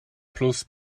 plus